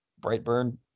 Brightburn